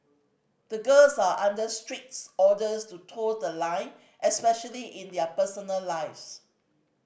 the girls are under strict orders to toe the line especially in their personal lives